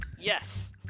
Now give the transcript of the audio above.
Yes